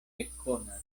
ekkonas